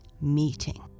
meeting